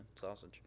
sausage